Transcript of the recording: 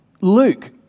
Luke